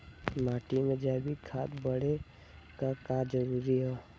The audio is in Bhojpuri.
माटी में जैविक खाद बदे का का जरूरी ह?